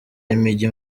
y’imijyi